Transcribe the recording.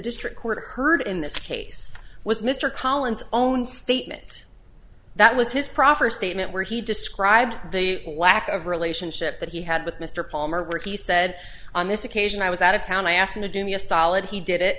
district court heard in this case was mr collins own statement that was his proffer statement where he described the lack of relationship that he had with mr palmer where he said on this occasion i was out of town i asked him to do me a solid he did it